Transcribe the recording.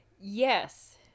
Yes